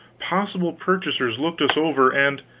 possible purchasers looked us over, and,